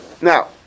now